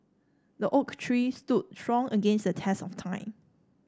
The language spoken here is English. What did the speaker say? the oak tree stood strong against the test of time